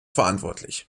verantwortlich